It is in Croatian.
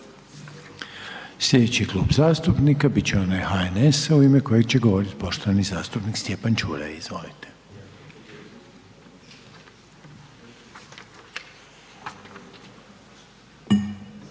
Sljedeći klub zastupnika je onaj HNS-a u ime kojeg će govoriti poštovani zastupnik Milorad Batinić, izvolite.